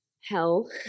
hell